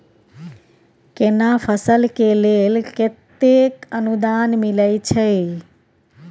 केना फसल के लेल केतेक अनुदान मिलै छै?